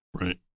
Right